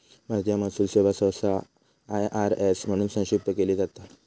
भारतीय महसूल सेवा सहसा आय.आर.एस म्हणून संक्षिप्त केली जाता